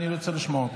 אני רוצה לשמוע אותו.